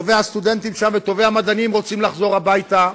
טובי הסטודנטים וטובי המדענים שם רוצים לחזור הביתה.